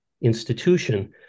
institution